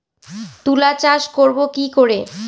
তুলা চাষ করব কি করে?